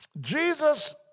Jesus